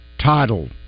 title